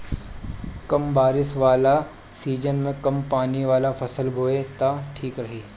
कम बारिश वाला सीजन में कम पानी वाला फसल बोए त ठीक रही